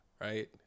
Right